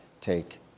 take